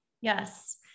Yes